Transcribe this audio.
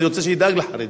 אני רוצה שידאג לחרדים.